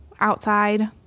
outside